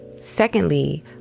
Secondly